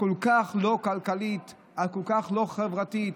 הכל-כך לא כלכלית, הכל-כך לא חברתית,